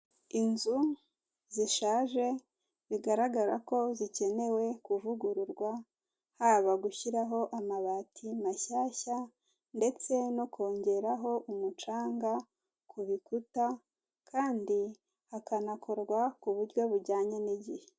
Inzu zishaje bigaragara ko zikenewe kuvugururwa haba gushyiraho amabati mashyashya, ndetse no kongeraho umucanga ku bikuta, kandi hakanakorwa ku buryo bujyanye n'igihe.